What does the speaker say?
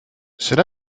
cela